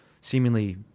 seemingly